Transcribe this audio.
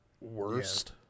Worst